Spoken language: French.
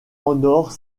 honore